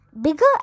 bigger